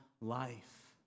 life